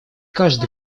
каждый